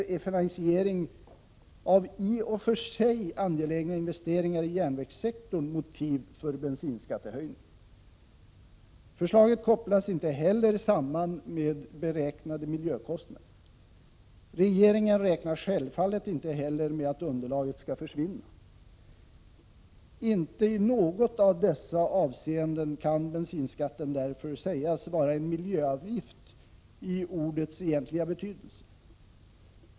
Finansiering av i och för sig angelägna investeringar i järnvägssektorn är inte heller motiv för bensinskattehöjning. Förslaget kopplas inte heller samman med beräknade miljökostnader. Regeringen räknar självfallet inte heller med att underlaget skall försvinna. Bensinskatten kan därför inte i något av dessa avseenden sägas vara en miljöavgift i ordets egentliga betydelse.